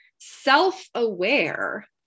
self-aware